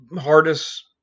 hardest